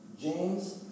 James